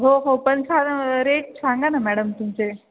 हो हो पण साधारण रेट सांगा ना मॅडम तुमचे